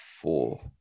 four